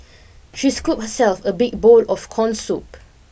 she scoop herself a big bowl of corn soup